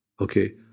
okay